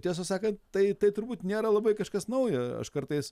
tiesą sakant tai tai turbūt nėra labai kažkas nauja aš kartais